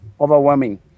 overwhelming